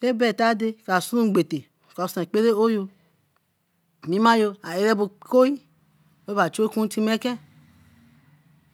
Teh bee ta dey ka sun mgbeta ees ekpere oyo mimato arerebo koi webatun akun timeken